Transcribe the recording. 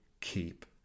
keep